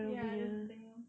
ya that's the thing